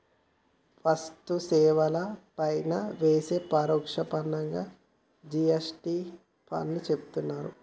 వస్తు సేవల పైన వేసే పరోక్ష పన్నుగా జి.ఎస్.టి పన్నుని చెబుతున్నరు